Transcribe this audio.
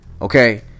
okay